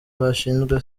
bashinzwe